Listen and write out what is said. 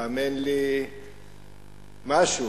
האמן לי, משהו.